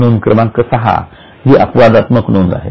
नोंद क्रमांक सहा जी अपवादात्मक नोंद आहे